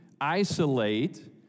isolate